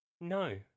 No